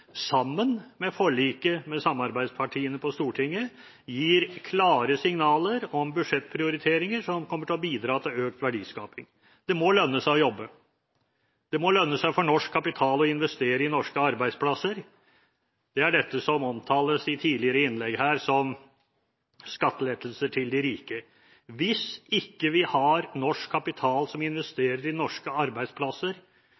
sammen med forliket med samarbeidspartiene på Stortinget, gir klare signaler om budsjettprioriteringer som kommer til å bidra til økt verdiskaping. Det må lønne seg å jobbe. Det må lønne seg for norsk kapital å investere i norske arbeidsplasser. Det er dette som omtales i tidligere innlegg her som skattelettelser til de rike. Hvis vi ikke har norsk kapital som